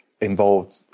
involved